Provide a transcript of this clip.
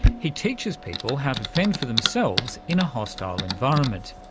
he teaches people how to fend for themselves in a hostile environment.